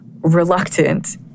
reluctant